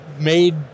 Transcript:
made